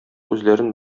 үзләрен